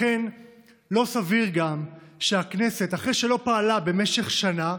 לכן גם לא סביר שהכנסת, אחרי שלא פעלה במשך שנה,